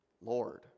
Lord